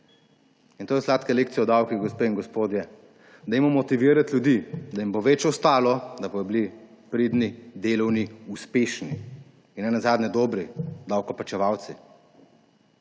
In to je sladka lekcija o davkih, gospe in gospodje. Dajmo motivirati ljudi, da jim bo več ostalo, da bodo pridni, delovni, uspešni in nenazadnje dobri davkoplačevalci.